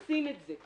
אנשים עושים את זה.